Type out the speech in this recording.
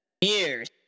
years